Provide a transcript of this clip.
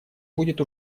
будет